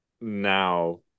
now